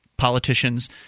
Politicians